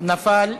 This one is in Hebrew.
נפל מסדר-היום.